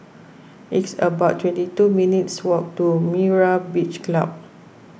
it's about twenty two minutes' walk to Myra's Beach Club